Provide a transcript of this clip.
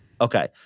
Okay